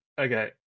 okay